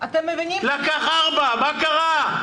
לקח 4, מה קרה?